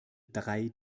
drei